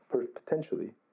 potentially